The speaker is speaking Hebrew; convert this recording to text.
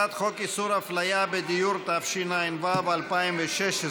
הצעת חוק איסור הפליה בדיור, התשע"ו 2016,